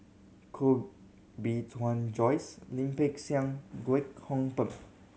Koh Bee Tuan Joyce Lim Peng Siang Kwek Hong Png